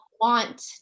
want